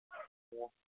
ꯑꯣ